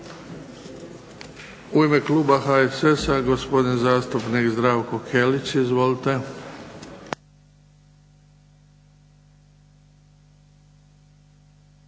U ime kluba HSS-a gospodin zastupnik Zdravko Kelić. Izvolite.